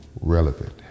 relevant